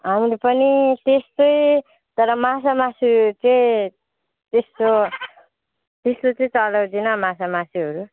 हाम्रो पनि त्यस्तै तर माछामासु चाहिँ त्यस्तो त्यस्तो चाहिँ चलाउँदिनँ माछामासुहरू